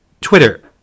twitter